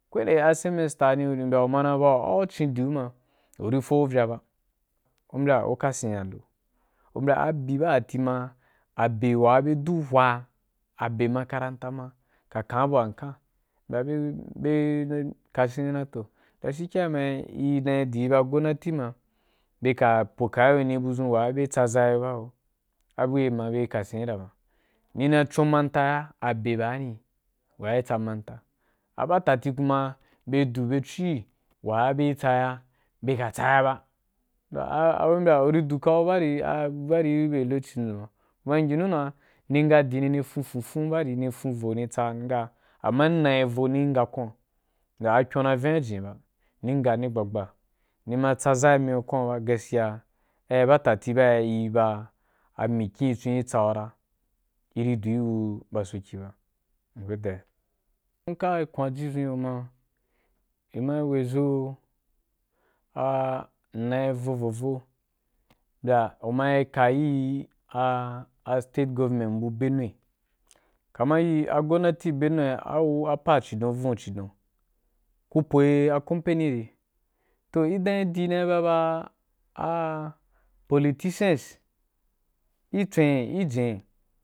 Ko wani a semester ani uri na bagu au ci’n díu ma uri fo’u vya ba, u mbya u kasen yna ndo, u mbya a byi ba da ti ma a be wa be du hwa a be makaranta ka kan bu wa kan kan mbya bye bye bye kasin bi ma dan to da shi ke ai ma, dan yi di’i dan i ba gonnati ma bye ka pokabe wani buzun wa be tsaza’ì yo ba ma ho abuli ma i kasin ya ma, i na chon makaranta ya abe ba ni wa tsamanta. Aba tati kuma, bye du byechu’i wa bye tsa i ya bye ka tsaya ba mbya u ri dukau bari a bari gi bye lokocin dzun ba kuma i yinu dan ni nga dini ni sunsunsun bari ni fon roni ni tsa nga amma inai vi ni ni nga kwoun. Ga a kyon na’í vini a jin ba ni nga nī gbagba nī ma’i tsazai mí yo kwon ba gaskiya ai ba fati ba’i ba a mikin ī chon i tsau a ra, i ri du’i gu ba sauki ba. Nka kwan ji zu gi yo na, u ma yi weī zo, a inayi, vovovo mbya u ma yi ka ííí a a state government bu benua, kama a iri gonnati bu benua awu a pa cidon, avuǹ cidn, k u po’í a company yire, toh idan yi di dan ina ba a a politicians gi tswen gi jen.